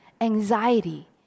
Anxiety